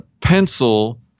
pencil